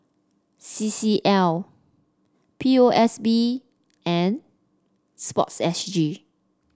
C C L P O S B and sports S G